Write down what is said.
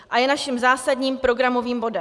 A je naším zásadním programovým bodem.